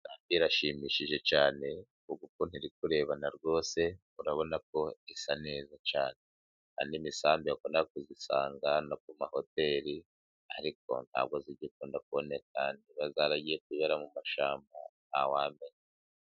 Irashimishije cyane kuko ukuntu iri kurebana rwose, urabona ko isa neza cyane, kandi imisambi wakundaga kuyisanga no ku mahoteli, ariko ntabwo igikunda kuboneka, niba yaragiye kwibera mu mashyamba ntawamenya.